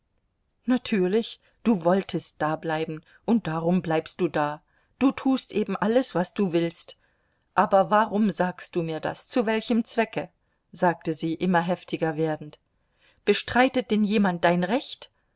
natürlich du wolltest dableiben und darum bliebst du da du tust eben alles was du willst aber warum sagst du mir das zu welchem zwecke sagte sie immer heftiger werdend bestreitet denn jemand dein recht